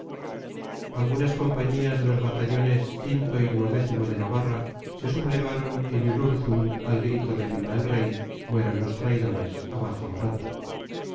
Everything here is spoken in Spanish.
algunas compañías de los batallones o y o de navarra se sublevaron en irurzun al grito de viva el rey mueran los traidores abajo maroto